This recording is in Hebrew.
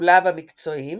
בטיפוליו המקצועיים